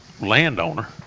landowner